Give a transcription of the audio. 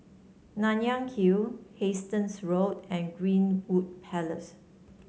Nanyang Hill Hastings Road and Greenwood Palace